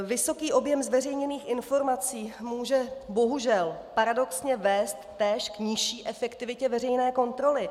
Vysoký objem zveřejněných informací může bohužel paradoxně vést též k nižší efektivitě veřejné kontroly.